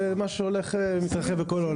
זה משהו שהולך ומתרחב בכל העולם.